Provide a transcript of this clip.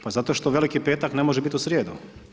Pa zato što Veliki petak ne može biti u srijedu.